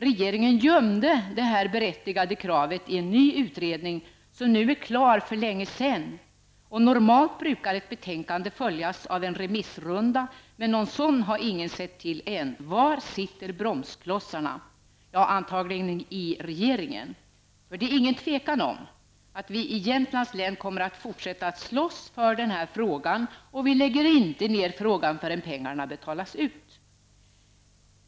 Regeringen gömde detta berättigade krav i en ny utredning, som är klar för länge sedan. Normalt brukar ett betänkande följas av en remissrunda, men någon sådan har ingen sett till än. Var sitter bromsklossarna? Antagligen i regeringen. Det är inget tvivel om att vi i Jämtlands län kommer att fortsätta att slåss för denna fråga. Vi lägger inte ner frågan förrän pengarna betalas ut!